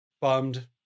bummed